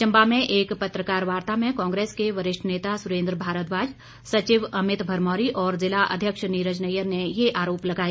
चंबा में एक पत्रकार वार्ता में कांग्रेस के वरिष्ठ नेता सुरेन्द्र भारद्वाज सचिव अमित भरमौरी और जिला अध्यक्ष नीरज नैयर ने ये आरोप लगाए